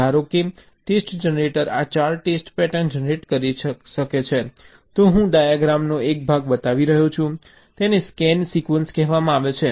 ધારો કે ટેસ્ટ જનરેટરે આ 4 ટેસ્ટ પેટર્ન જનરેટ કરી છે તો હું આ ડાયાગ્રામનો એક ભાગ બતાવી રહ્યો છું તેને સ્કેન સિક્વન્સ કહેવામાં આવે છે